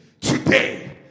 today